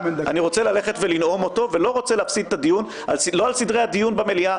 אני רוצה לנאום אותו ולא רוצה להפסיד את הדיון לא על סדרי הדיון במליאה,